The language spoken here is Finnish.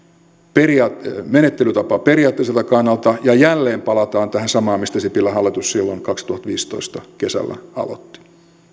menettelytapa periaatteelliselta kannalta ja jälleen palataan tähän samaan mistä sipilän hallitus silloin kaksituhattaviisitoista kesällä aloitti